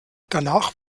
danach